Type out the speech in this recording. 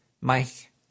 Mike